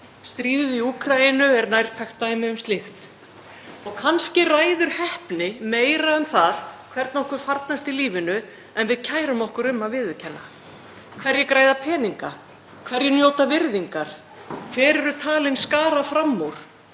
stríðið í Úkraínu er nærtækt dæmi um slíkt. Og kannski ræður heppni meiru um það hvernig okkur farnast í lífinu en við kærum okkur um að viðurkenna. Hverjir græða peninga, hverjir njóta virðingar eða hver eru talin skara fram úr.